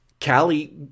Callie